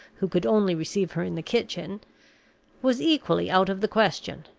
who could only receive her in the kitchen was equally out of the question.